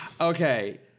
Okay